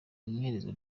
inyerezwa